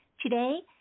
Today